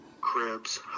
Cribs